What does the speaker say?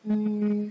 mm